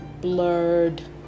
blurred